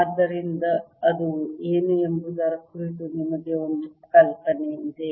ಆದ್ದರಿಂದ ಅದು ಏನು ಎಂಬುದರ ಕುರಿತು ನಿಮಗೆ ಒಂದು ಕಲ್ಪನೆ ಇದೆ